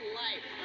life